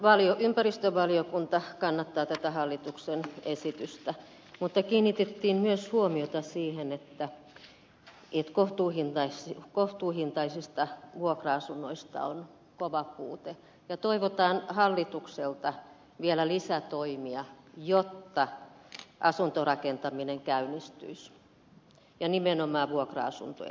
meidän ympäristövaliokuntamme kannattaa tätä hallituksen esitystä mutta kiinnitettiin myös huomiota siihen että kohtuuhintaisista vuokra asunnoista on kova puute ja toivotaan hallitukselta vielä lisätoimia jotta asuntorakentaminen käynnistyisi ja nimenomaan vuokra asuntoja